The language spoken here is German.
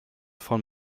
von